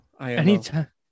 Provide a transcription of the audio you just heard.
anytime